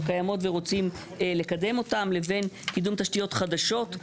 קיימות ורוצים לקדם אותן לבין קידום תשתיות חדשות.